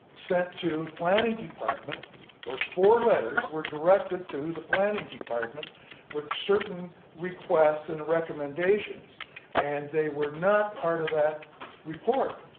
sent to planning department those four letters were directed to the planning department with certain requests and recommendations and they were not part of that report.